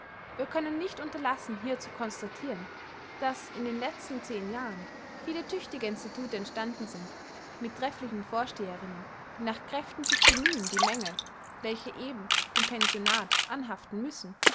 wir können nicht unterlassen hier zu constatiren daß in den letzten zehn jahren viele tüchtige institute entstanden sind mit trefflichen vorsteherinnen die nach kräften sich bemühen die mängel welche eben dem pensionat anhaften müssen